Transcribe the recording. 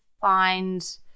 find